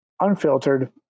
unfiltered